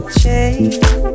change